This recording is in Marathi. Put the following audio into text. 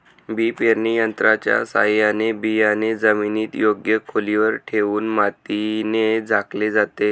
बी पेरणी यंत्राच्या साहाय्याने बियाणे जमिनीत योग्य खोलीवर ठेवून मातीने झाकले जाते